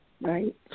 Right